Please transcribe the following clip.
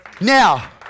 Now